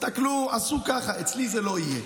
אצלי זה לא יהיה.